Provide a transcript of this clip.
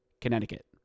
Connecticut